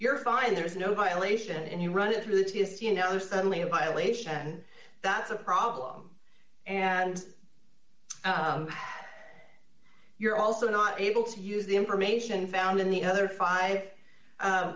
your find there is no violation and you run it through the ts you know suddenly a violation that's a problem and you're also not able to use the information found in the other five